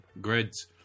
grids